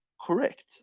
correct